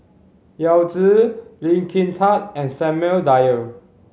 Yao Zi Lee Kin Tat and Samuel Dyer